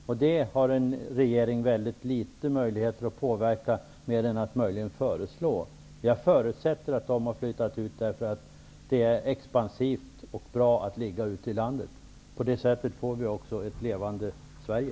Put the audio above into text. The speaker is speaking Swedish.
Sådant har en regering små möjligheter att påverka, annat än att möjligen föreslå något. Jag förutsätter att de som flyttat har gjort det därför att de finner det expansivt och bra att vara placerade ute i landet. På det sättet får vi också ett levande